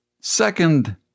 Second